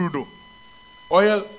oil